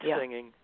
singing